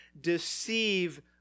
deceive